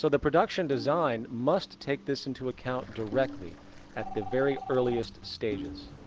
so the production design must take this into account directly at the very earliest stages.